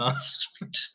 Sweet